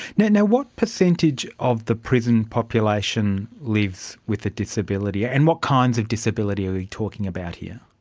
you know what percentage of the prison population lives with a disability, and what kinds of disability are we talking about here?